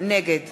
נגד